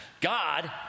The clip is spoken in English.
God